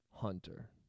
Hunter